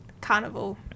Carnival